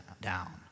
down